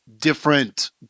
different